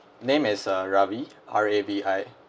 name is uh Ravi R A V I